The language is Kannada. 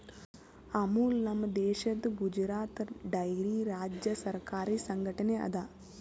ಅಮುಲ್ ನಮ್ ದೇಶದ್ ಗುಜರಾತ್ ಡೈರಿ ರಾಜ್ಯ ಸರಕಾರಿ ಸಂಘಟನೆ ಅದಾ